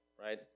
right